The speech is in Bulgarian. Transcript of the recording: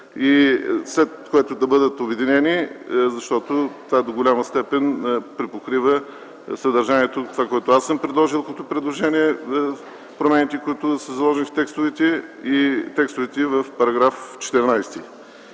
след което да бъдат обединени, защото това до голяма степен препокрива съдържанието – това, което аз съм внесъл като предложение за промените, които са заложени в текстовете, и текстовете в § 14.